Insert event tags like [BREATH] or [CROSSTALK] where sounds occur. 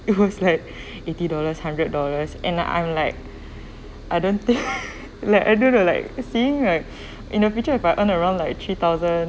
it [LAUGHS] was like [BREATH] eighty dollars hundred dollars and I'm like I don't think [LAUGHS] like I don't know like seeing uh [BREATH] in the future about and around like three thousand